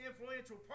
influential